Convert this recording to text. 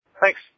Thanks